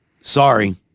sorry